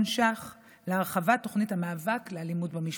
ש"ח להרחבת תוכנית המאבק באלימות במשפחה.